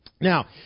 Now